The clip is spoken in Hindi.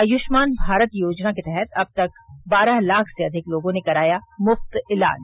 आयुष्मान भारत योजना के तहत अब तक बारह लाख से अधिक लोगों ने कराया मुफ्त इलाज